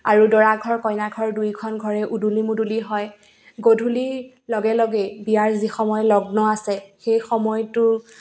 আৰু দৰাঘৰ কইনাঘৰ দুইখন ঘৰে উদুলি মুদুলি হয় গধূলি লগে লগেই বিয়াৰ যি সময় লগ্ন আছে সেই সময়টো